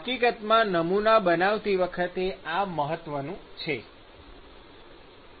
હકીકતમાં નમૂના બનાવતી વખતે આ મહત્વનુ છે